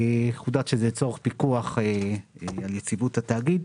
חודד שזה צורך פיקוח יציבות התאגיד.